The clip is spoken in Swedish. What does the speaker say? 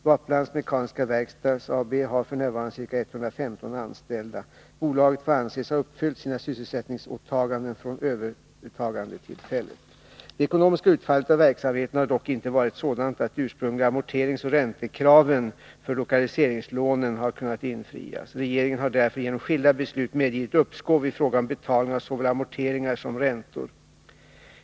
Bolaget får anses ha uppfyllt sina sysselsättningsåtaganden från övertagandetillfället. Det ekonomiska utfallet av verksamheten har dock inte varit sådant att de ursprungliga amorteringsoch räntekraven för lokaliseringslånen kunnat infrias. Regeringen har därför genom skilda beslut medgivit uppskov i fråga om betalning av såväl amorteringar som räntor.